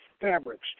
fabrics